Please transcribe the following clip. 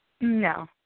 No